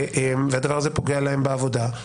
והדבר הזה פוגע להם בעבודה.